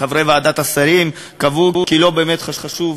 חברי ועדת השרים קבעו כי לא באמת חשוב,